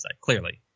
clearly